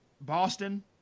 Boston